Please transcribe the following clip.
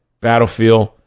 battlefield